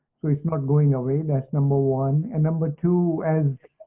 so it's not going away that's number one. and number two as